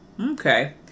Okay